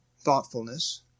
thoughtfulness